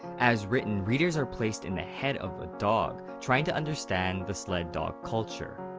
as written, readers are placed in the head of ah dog, trying to understand the sled dog culture.